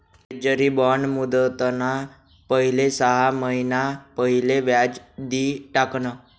treasury bond मुदतना पहिले सहा महिना पहिले व्याज दि टाकण